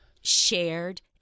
shared